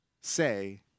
say